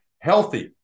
healthy